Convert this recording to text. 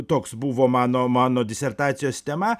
toks buvo mano mano disertacijos tema